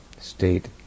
state